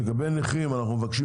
לגבי נכים, אנחנו מבקשים